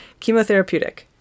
chemotherapeutic